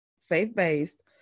faith-based